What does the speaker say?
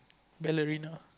ballerina